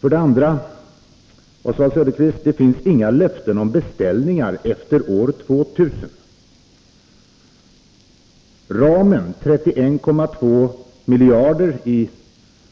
För det andra: Det finns inga löften om beställningar efter år 2000. Vilken dollarkurs talar man om, när man anger ramen 31,2 miljarder i